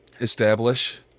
establish